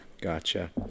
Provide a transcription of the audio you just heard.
gotcha